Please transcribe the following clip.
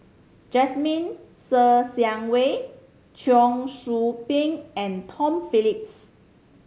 Jasmine Ser Xiang Wei Cheong Soo Pieng and Tom Phillips